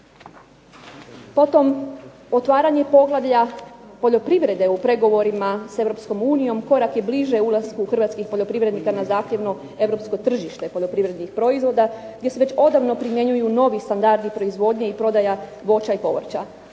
Potom, "Otvaranje Poglavlja poljoprivrede u pregovorima s EU korak je bliže ulasku hrvatskih poljoprivrednika na zahtjevno europsko tržište poljoprivrednih proizvoda gdje se već odavno primjenjuju novi standardi proizvodnje i prodaja voća i povrća.